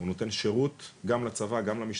הוא נותן שירות גם לצבא, גם למשטרה.